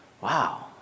wow